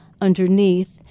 underneath